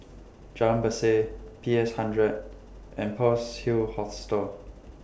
Jalan Berseh P S hundred and Pearl's Hill Hostel